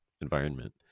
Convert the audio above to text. environment